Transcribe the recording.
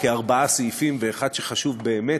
כארבעה סעיפים ואחד שחשוב באמת,